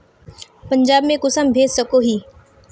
पंजाब में कुंसम भेज सकोही?